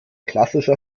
klassischer